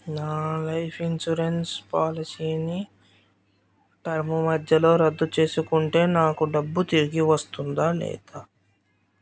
నా life insurance పాలిసీని term మధ్యలో రద్దు చేసుకుంటే నాకు డబ్బు తిరిగి వస్తుందా లేదా